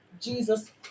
Jesus